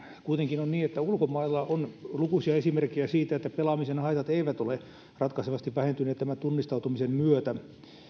kuitenkin on niin että ulkomailla on lukuisia esimerkkejä siitä että pelaamisen haitat eivät ole ratkaisevasti vähentyneet tämän tunnistautumisen myötä